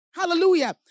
Hallelujah